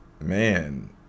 man